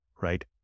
right